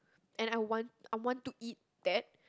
and I want I want to eat that